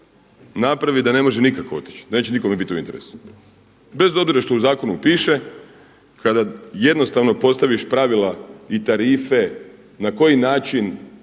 napravi da nikako ne može otići, da neće nikome bit u interesu bez obzira što u zakonu piše kada jednostavno postaviš pravila i tarife na koji način